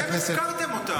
אתם הפקרתם אותם.